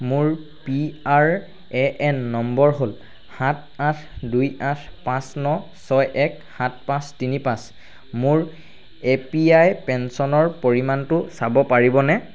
মোৰ P R A N number হ'ল সাত আঠ দুই আঠ পাঁচ ন ছয় এক সাত পাঁচ তিনি পাঁচ মোৰ এ পি আই পেঞ্চনৰ পৰিমাণটো চাব পাৰিবনে